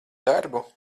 darbu